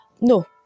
No